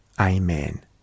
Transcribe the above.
Amen